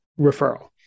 referral